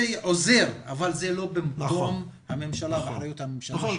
זה עוזר אבל זה לא במקום הממשלה ואחריות הממשלה.